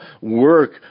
work